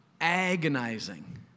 Agonizing